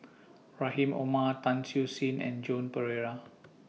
Rahim Omar Tan Siew Sin and Joan Pereira